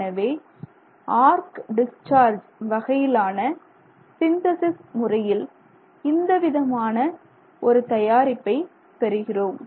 எனவே arc discharge வகையிலான synthesis முறையில் இந்தவிதமான ஒரு தயாரிப்பை பெறுகிறோம்